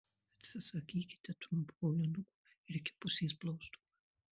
atsisakykite trumpų aulinukų ir iki pusės blauzdų